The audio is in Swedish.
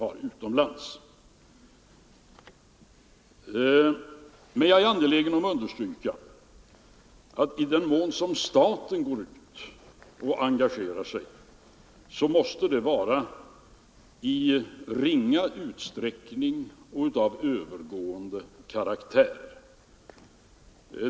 Men — och detta har jag anledning att understryka — i den mån staten engagerar sig på den utländska kreditmarknaden måste det vara i ringa utsträckning, och engagemanget måste vara av övergående karaktär.